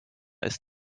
ist